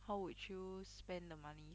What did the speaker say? how would you spend the money